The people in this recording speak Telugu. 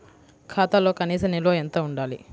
ఖాతాలో కనీస నిల్వ ఎంత ఉండాలి?